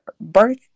birth